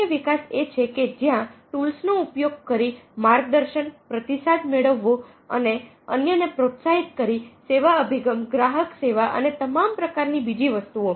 અન્ય વિકાસ એ છે કે જ્યાં ટુલ્સનો ઉપયોગ કરી માર્ગદર્શન પ્રતિસાદ મેળવો અન્ય ને પ્રોત્સાહિત કરી સેવા અભિગમ ગ્રાહક સેવા અને તમામ પ્રકારની બીજી વસ્તુઓ